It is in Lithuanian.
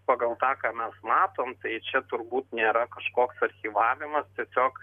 pagal tą ką mes matom tai čia turbūt nėra kažkoks archyvavimas tiesiog